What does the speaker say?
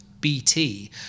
BT